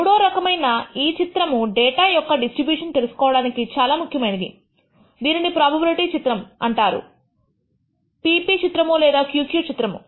మూడో రకమైన ఈ చిత్రము డేటా యొక్క డిస్ట్రిబ్యూషన్ తెలుసుకోవడానికి చాలా ముఖ్యమైనది దీనిని ప్రోబబిలిటీ చిత్రము అంటారుp p చిత్రము లేదా q q చిత్రము